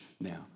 now